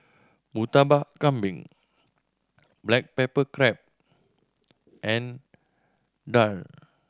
Murtabak Kambing black pepper crab and daal